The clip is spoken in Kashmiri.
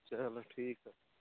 چلوٹھیٖک حَظ چھُ